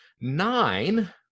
nine